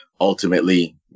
ultimately